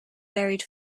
buried